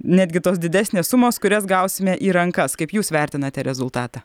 netgi tos didesnės sumos kurias gausime į rankas kaip jūs vertinate rezultatą